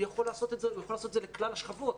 הוא יכול לעשות את זה לכלל השכבות,